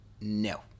no